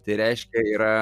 tai reiškia yra